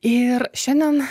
ir šiandien